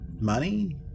Money